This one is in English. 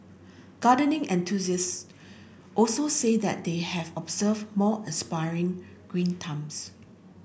gardening enthusiast also say that they have observed more aspiring green thumbs